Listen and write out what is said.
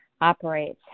operates